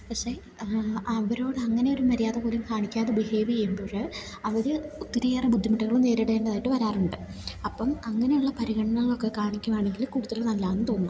പക്ഷെ അവരോട് അങ്ങനെ ഒരു മര്യാദ പോലും കാണിക്കാതെ ബിഹേവ് ചെയ്യുമ്പോൾ അവർ ഒത്തിരിയേറെ ബുദ്ധിമുട്ടുകൾ നേരിടേണ്ടതായിട്ട് വരാറുണ്ട് അപ്പം അങ്ങനെയുള്ള പരിഗണനങ്ങളൊക്കെ കാണിക്കുകയാണെങ്കിൽ കൂടുതൽ നല്ലതാണെന്നു തോന്നുന്നു